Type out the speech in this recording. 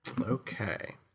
Okay